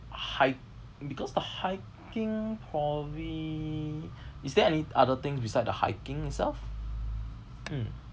hike because the hiking proably is there any other things beside the hiking itself mm